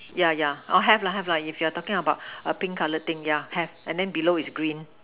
yeah yeah have lah have lah if you're talking about a pink color thing yeah have and then below is green